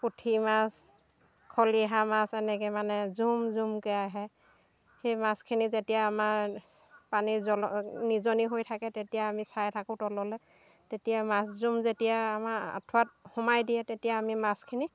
পুঠি মাছ খলিহা মাছ এনেকৈ মানে জুম জুমকৈ আহে সেই মাছখিনি যেতিয়া আমাৰ পানী জল নিজনি হৈ থাকে তেতিয়া আমি চাই থাকোঁ তললৈ তেতিয়া মাছ জুম যেতিয়া আমাৰ আঠুৱাত সোমাই দিয়ে তেতিয়া আমি মাছখিনি